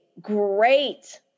great